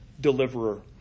deliverer